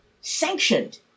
sanctioned